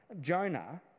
Jonah